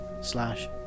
slash